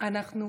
מס' 8),